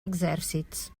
exèrcits